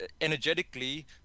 energetically